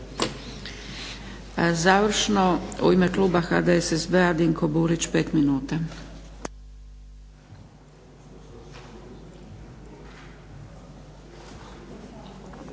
Završno u ime kluba HDSSB-a, dinko Burić pet minuta.